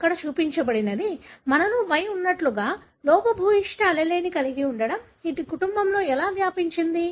ఇక్కడ చూపించబడినది మనలో Y ఉన్నట్లుగా లోపభూయిష్ట allele కలిగి ఉండటం ఇది కుటుంబంలో ఎలా వ్యాపిస్తుంది